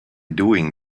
doing